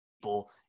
people